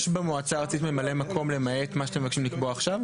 יש במועצה הארצית ממלא מקום למעט מה שאתם מבקשים לקבוע עכשיו?